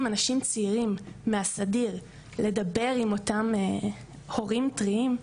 אנשים צעירים מהסדיר לדבר עם אותם הורים טריים,